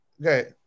Okay